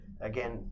again